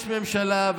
יש ממשלה,